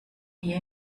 hier